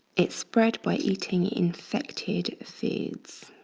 it's spread by eating infected foods.